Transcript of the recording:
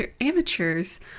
amateurs